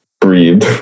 breathed